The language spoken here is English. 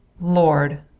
Lord